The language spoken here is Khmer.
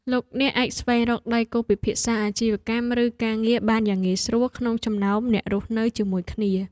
លោកអ្នកអាចស្វែងរកដៃគូពិភាក្សាអាជីវកម្មឬការងារបានយ៉ាងងាយស្រួលក្នុងចំណោមអ្នករស់នៅជាមួយគ្នា។